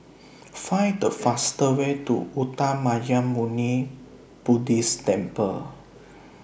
Find The faster Way to Uttamayanmuni Buddhist Temple